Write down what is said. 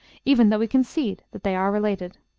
even though we concede that they are related.